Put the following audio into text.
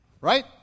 Right